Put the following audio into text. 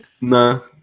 no